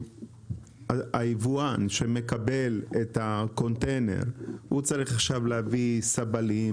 היבואן שמקבל את הקונטיינר צריך להביא סבלים,